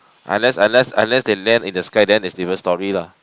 unless unless unless they left in the sky then is different story lah